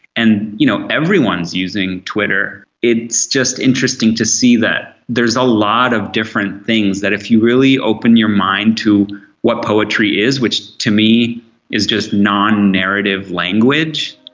and you know everyone is using twitter. it's just interesting to see that there's a lot of different things that if you really open your mind to what poetry is, which to me is just non-narrative language,